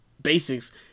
basics